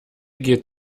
geht